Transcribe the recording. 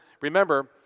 remember